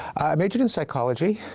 i majored in psychology.